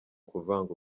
kuvanga